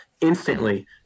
instantly